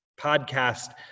Podcast